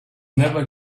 never